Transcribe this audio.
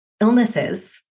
illnesses